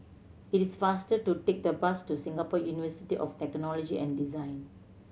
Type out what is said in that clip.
it is faster to take the bus to Singapore University of Technology and Design